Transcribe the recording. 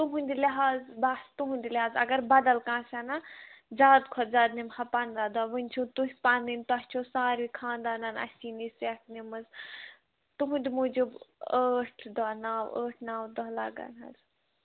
تُہُنٛدِ لِحاظ بَس تُہُنٛد لِحاظ اگر بَدَل کانٛہہ آسہِ ہٮ۪نا زیادٕ کھۄتہٕ زیادٕ نِمہٕ ہا پنٛداہ دۄہ وٕنہِ چھِو تُہۍ پَنٕنۍ تۄہہِ چھو ساروی خاندانَن اَسہِ یی نِش سیٚٹھ نِمٕژ تُہُنٛدِ موٗجوٗب ٲٹھ دۄہ نَو ٲٹھ نَو دۄہ لَگَن حظ